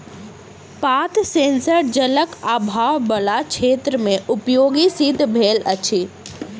पात सेंसर जलक आभाव बला क्षेत्र मे उपयोगी सिद्ध भेल अछि